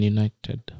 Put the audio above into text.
United